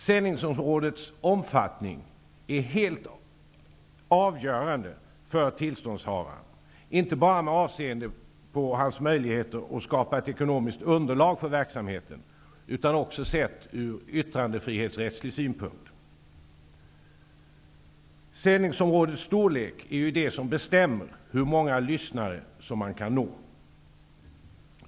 Sändningsområdets omfattning är helt avgörande för tillståndshavaren, inte bara med avseende på hans möjligheter att skapa ett ekonomiskt underlag för verksamheten, utan också sett ur yttrandefrihetsrättslig synpunkt. Sändningsområdets storlek är ju det som bestämmer hur många lyssnare som kan nås.